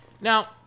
Now